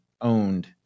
owned